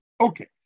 Okay